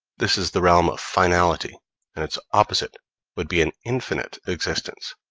this is the realm of finality and its opposite would be an infinite existence,